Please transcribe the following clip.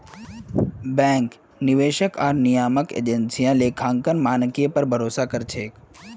bank, निवेशक आर नियामक एजेंसियां लेखांकन मानकेर पर भरोसा कर छेक